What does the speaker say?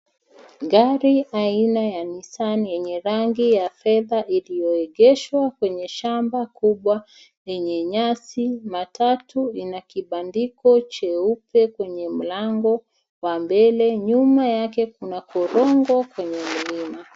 Gari aina ya Nissan yenye rangi ya fedha, iliyoegeshwa kwenye shamba kubwa lenye nyasi. Matatu ina kibandiko cheupe kwenye mlango wa mbele. Nyuma yake kuna korongo kwenye mlima.